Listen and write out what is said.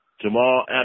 Jamal